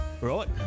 Right